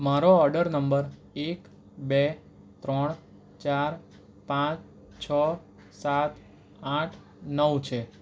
મારો order number એક બે ત્રણ ચાર પાંચ છ સાત આઠ નવ છે